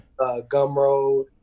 Gumroad